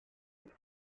des